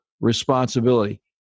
responsibility